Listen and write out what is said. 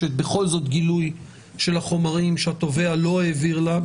מבקשת בכל זאת גילוי של החומרים שהתובע לא העביר לה,